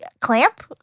Clamp